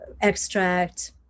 extract